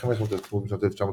אחרי מלחמת העצמאות בשנת 1949,